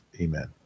Amen